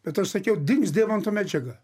bet aš sakiau dings dievam ta medžiaga